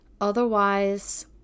otherwise